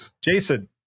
Jason